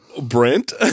Brent